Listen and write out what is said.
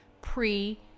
pre